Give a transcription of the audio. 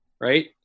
right